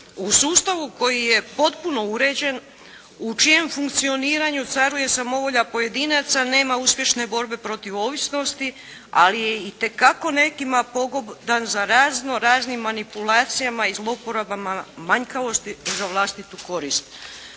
U sustavu koji je potpuno uređen, u čijem funkcioniraju caruje samovolja pojedinaca nema uspješne borbe protiv ovisnosti, ali je itekako nekima pogodan za raznoraznim manipulacijama i zloporabama manjkavosti za vlastitu korist.